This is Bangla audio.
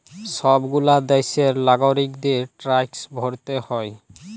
সব গুলা দ্যাশের লাগরিকদের ট্যাক্স ভরতে হ্যয়